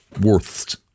worths